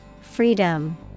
Freedom